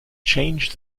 changed